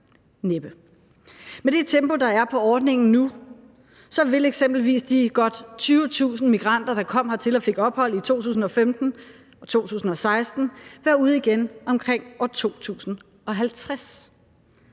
Med det tempo, der er på ordningen nu, vil eksempelvis de godt 20.000 migranter, der kom hertil og fik ophold i 2015 og 2016, være ude igen omkring år 2050.